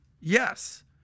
yes